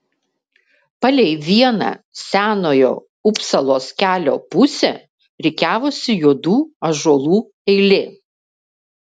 palei vieną senojo upsalos kelio pusę rikiavosi juodų ąžuolų eilė